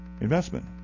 investment